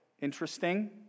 interesting